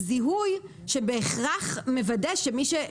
אנחנו מבקשים להוריד את המילה "מהירה",